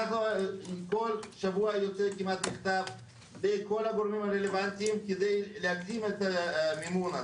כל אחד מכם יוכל להתייחס בזמנו.